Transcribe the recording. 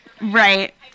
right